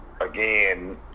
again